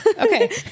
okay